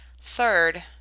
Third